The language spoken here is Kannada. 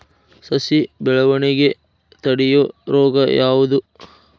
ಸಸಿ ಬೆಳವಣಿಗೆ ತಡೆಯೋ ರೋಗ ಯಾವುದು?